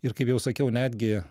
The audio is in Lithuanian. ir kaip jau sakiau netgi